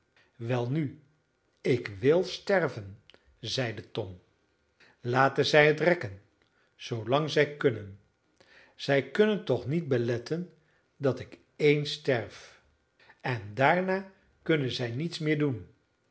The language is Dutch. welnu ik wil sterven zeide tom laten zij het rekken zoolang zij kunnen zij kunnen toch niet beletten dat ik eens sterf en daarna kunnen zij niets meer doen